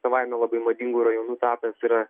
savaime labai madingu rajonu tapęs yra